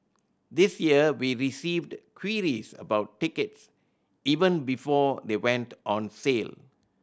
this year we received queries about tickets even before they went on sale